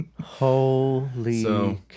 holy